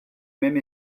même